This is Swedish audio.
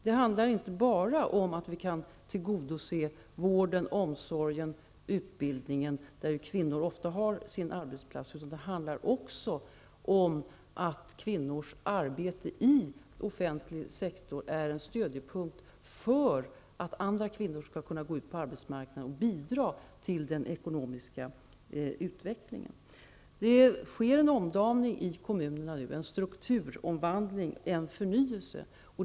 Det handlar inte enbart om att tillgodose vården, omsorgen, utbildningen -- områden på vilka kvinnor ofta har sina arbetsplatser. Det handlar även om att kvinnors arbete i offentlig sektor är en stödjepunkt för andra kvinnors möjlighet till att komma ut på arbetsmarknaden, för att bidra till den ekonomiska utvecklingen. Det sker nu en omdaning, en strukturomvandling, en förnyelse i kommunerna.